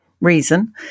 reason